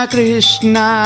Krishna